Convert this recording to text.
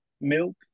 milk